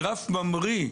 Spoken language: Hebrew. הגרף ממריא.